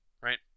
right